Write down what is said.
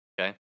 okay